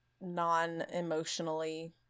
non-emotionally